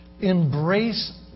embrace